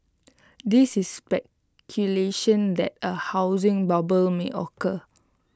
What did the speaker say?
this is speculation that A housing bubble may occur